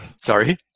Sorry